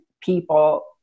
people